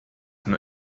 nur